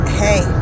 hey